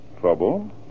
Trouble